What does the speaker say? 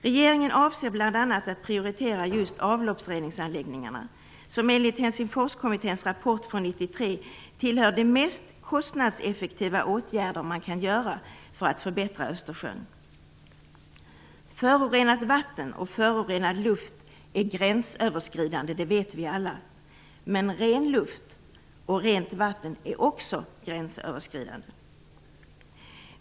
Regeringen avser bl.a. att prioritera just avloppsreningsanläggningarna, som enligt Helsingforskommitténs rapport från 1993 tillhör de mest kostnadseffektiva åtgärder man kan vidta för att förbättra Östersjön. Förorenat vatten och förorenad luft är gränsöverskridande, det vet vi alla. Men ren luft och rent vatten är också gränsöverskridande.